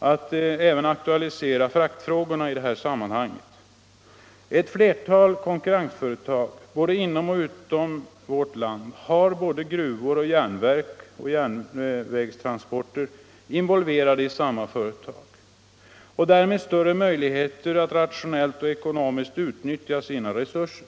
tänkte aktualisera även fraktfrågorna i detta sammanhang. Flera konkurrentföretag, både inom och utom vårt land, har såväl gruvor och järn verk som järnvägstransporter involverade i samma företag och har därmed större möjligheter att rationellt och ekonomiskt utnyttja sina resurser.